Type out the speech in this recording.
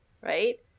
right